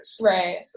Right